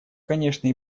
конечно